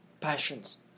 passions